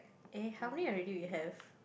eh how many already we have